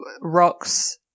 rocks